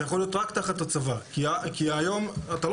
זה יכול להיות רק תחת הצבא כי היום אתה לא